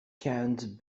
canned